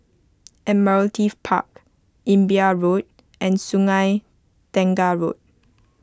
Admiralty Park Imbiah Road and Sungei Tengah Road